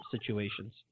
situations